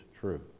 true